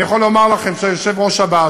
אני יכול לומר לכם שהיושב-ראש הבא,